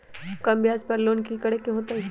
कम ब्याज पर लोन की करे के होतई?